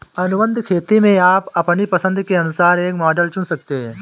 अनुबंध खेती में आप अपनी पसंद के अनुसार एक मॉडल चुन सकते हैं